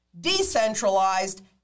Decentralized